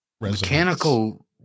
Mechanical